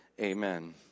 Amen